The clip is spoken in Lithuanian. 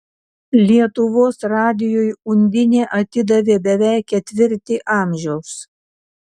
lietuvos radijui undinė atidavė beveik ketvirtį amžiaus